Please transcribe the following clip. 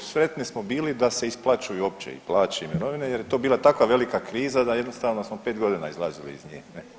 Sretni smo bili da se isplaćuju uopće i plaće i mirovine jer je to bila takva velika kriza da jednostavno smo 5 godina izlazili iz nje.